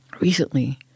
recently